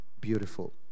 beautiful